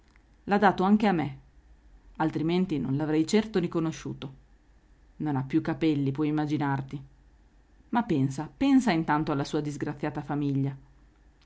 l'ha dato anche a me altrimenti non l'avrei certo riconosciuto non ha più capelli puoi immaginarti ma pensa pensa intanto alla sua disgraziata famiglia